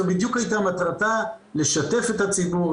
זו בדיוק הייתה מטרתה לשתף את הציבור,